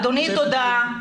אדוני, תודה.